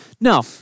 No